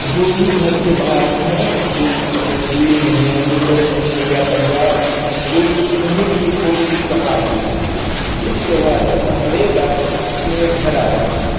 जो भी घर से बाहर हैं जो मतलब दिल्ली में हैं मुम्बई में हैं या पंजाब में हैं जो भी कहीं भी कोई भी कमा रहें इस त्योहार में हर एक आदमी अपने घर आते हैं